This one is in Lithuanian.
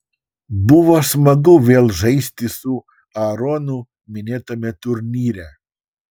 buvo smagu vėl žaisti su aaronu minėtame turnyre